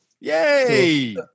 Yay